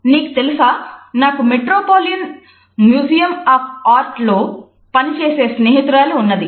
నీకు తెలుసా నాకు మెట్రోపాలిటన్ మ్యూజియం ఆఫ్ ఆర్ట్ లో పనిచేసే స్నేహితురాలు ఉన్నది